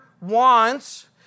wants